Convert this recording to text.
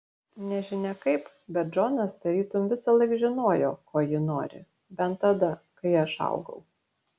nežinia kaip bet džonas tarytum visąlaik žinojo ko ji nori bent tada kai aš augau